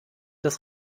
das